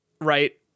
Right